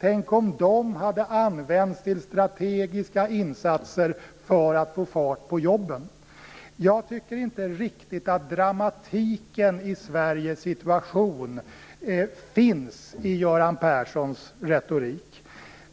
Tänk om de hade använts till strategiska insatser för att få fart på jobben! Jag tycker inte riktigt att dramatiken i Sveriges situation finns i Göran Perssons retorik.